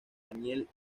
daniel